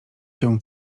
się